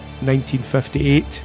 1958